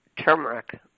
turmeric